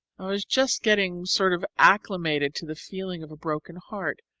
i was just getting sort of acclimated to the feeling of a broken heart,